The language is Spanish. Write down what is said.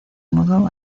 mudó